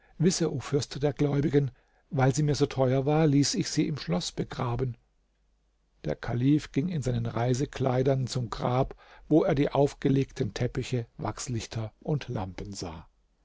o fürst der gläubigen weil sie mir so teuer war ließ ich sie im schloß begraben der kalif ging in seinen reisekleidern zum grab wo er die aufgelegten teppiche wachslichter und lampen sah